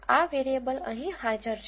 આ વેરીએબલ અહીં હાજર છે